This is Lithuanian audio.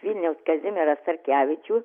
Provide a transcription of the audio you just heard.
vilniaus kazimierą starkevičių